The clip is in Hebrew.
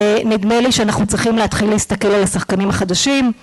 נדמה לי שאנחנו צריכים להתחיל להסתכל על השחקנים החדשים.